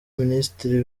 minisitiri